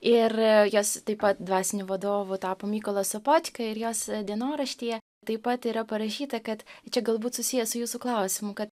ir jos taip pat dvasiniu vadovu tapo mykolas sopočka ir jos dienoraštyje taip pat yra parašyta kad čia galbūt susiję su jūsų klausimu kad